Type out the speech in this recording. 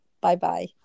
Bye-bye